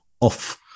off